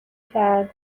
کرد